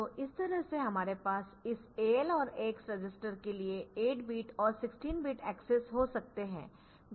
तो इस तरह से हमारे पास इस AL और AX रजिस्टर के लिए 8 बिट और 16 बिट एक्सेस हो सकते है